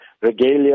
regalia